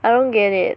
I don't get it